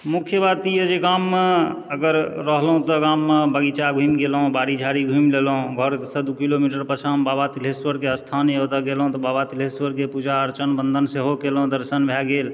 मुख्य बात ई यऽ जे गाममे अगर रहलहुँ तऽ गाममे बगीचा घुमि गेलहुँ बाड़ी झाड़ी घुमि लेलहुँ घरसँ दू किलोमीटर पाछामे बाबा तिल्हेश्वरके स्थान यऽ ओतय गेलहुँ तऽ बाबा तिल्हेश्वरके पूजा अर्चना बन्दन सेहो कयलहुँ दर्शन भए गेल